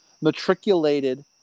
matriculated